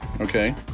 okay